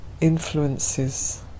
influences